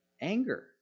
Anger